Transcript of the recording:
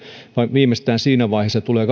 viimeistään siinä vaiheessa tulee